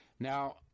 Now